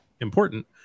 important